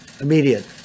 Immediate